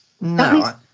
No